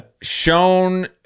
shown